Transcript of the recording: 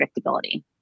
predictability